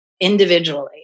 individually